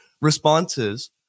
responses